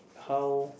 how